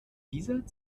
dieser